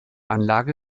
anlage